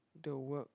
the work